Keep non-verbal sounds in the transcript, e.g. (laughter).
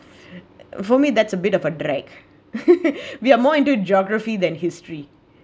for me that's a bit of a drag (laughs) we are more into geography than history